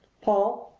paul,